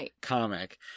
comic